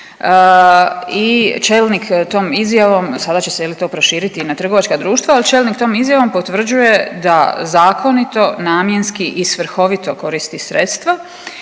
i čelnik tom izjavom, sada će se je li to proširiti i na trgovačka društva, al čelnik tom izjavom potvrđuje da zakonito, namjenski i svrhovito koristi sredstva